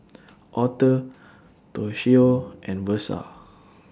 Aurthur Toshio and Versa